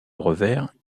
revers